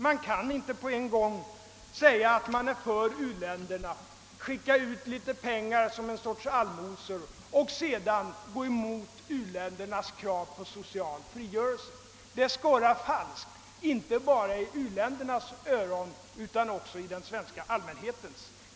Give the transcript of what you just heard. Man kan inte på en gång säga att man är för u-länderna — skicka ut litet pengar som en sorts allmosor — och sedan gå emot u-ländernas krav på social frigörelse. Det skorrar falskt inte bara i u-landsbefolkningens öron utan också i den svenska allmänhetens.